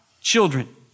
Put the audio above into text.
children